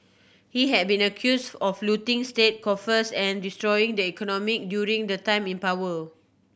he has been accuse of looting state coffers and destroying the economy during the time in power